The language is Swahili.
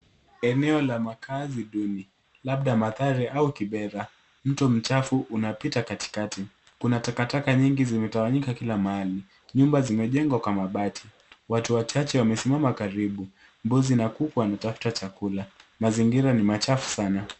Eneo la makazi duni labda Mathare au Kibera. Mto mchafu unapita katikati kuna takataka nyingi zimetawanyika kila mahali, nyumba zimejengwa kwa mabati. Watu wachache wamesimama karibu, mbuzi na kuku wanatafta chakula. Mazingira ni machafu sana.